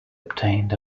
obtained